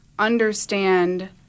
understand